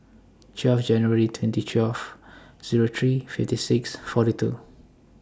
twelve January twenty twelve Zero three fifty six forty two